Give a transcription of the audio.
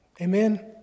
Amen